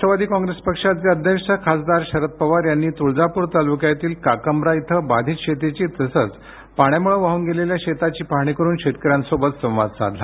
Rashtrawadi Congress पक्षाचे अध्यक्ष खासदार शरद पवार यांनी तुळजापूर तालुक्यातील काक्रंबा इथं बाधित शेतीची तसेच पाण्यामुळे वाहून गेलेल्या शेताची पाहणी करून शेतकऱ्यांशी संवाद साधला